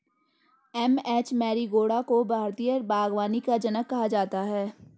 M H Marigowda को भारतीय बागवानी का जनक कहा जाता है